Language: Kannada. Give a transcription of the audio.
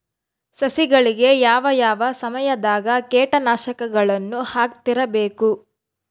ಸಸಿಗಳಿಗೆ ಯಾವ ಯಾವ ಸಮಯದಾಗ ಕೇಟನಾಶಕಗಳನ್ನು ಹಾಕ್ತಿರಬೇಕು?